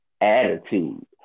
attitude